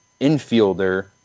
infielder